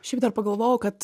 šiaip dar pagalvojau kad